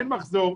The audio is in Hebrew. אין מחזור,